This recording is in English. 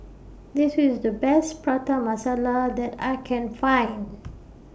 This IS The Best Prata Masala that I Can Find